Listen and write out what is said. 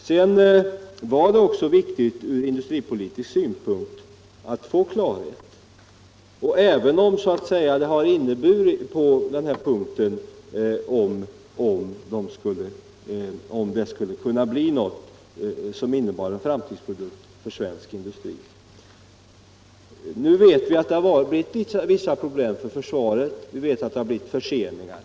Sedan var det också viktigt ur industripolitisk synpunkt att få klarhet i om det här skulle kunna bli en framtidsprodukt för svensk industri. Nu vet vi att det blivit vissa problem för försvaret — det har uppstått förseningar.